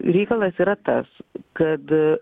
reikalas yra tas kad